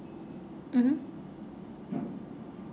mmhmm